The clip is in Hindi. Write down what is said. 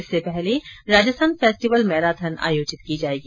इससे पहले राजस्थान फेस्टिवल मैराथन आयोजित की जायेगी